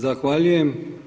Zahvaljujem.